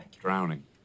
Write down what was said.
drowning